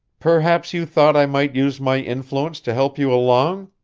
perhaps you thought i might use my influence to help you along?